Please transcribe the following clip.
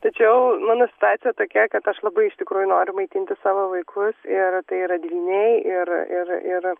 tačiau mano situacija tokia kad aš labai iš tikrųjų noriu maitinti savo vaikus ir tai yra dvyniai ir ir ir